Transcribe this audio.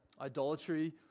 idolatry